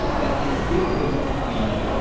that its difference between,